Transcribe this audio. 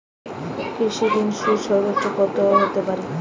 কৃষিঋণের সুদ সর্বোচ্চ কত হতে পারে?